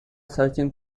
searching